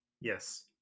yes